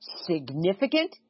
significant